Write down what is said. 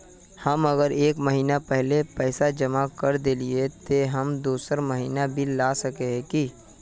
हम अगर एक महीना पहले पैसा जमा कर देलिये ते हम दोसर महीना बिल ला सके है की?